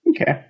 Okay